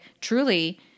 truly